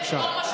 בבקשה.